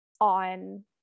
on